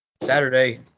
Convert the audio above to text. Saturday